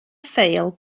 ffeil